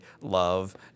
love